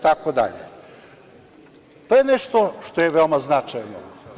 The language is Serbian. To je nešto što je veoma značajno.